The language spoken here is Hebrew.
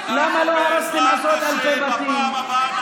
למה לא הרסתם עשרות אלפי בתים?